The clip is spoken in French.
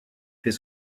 fait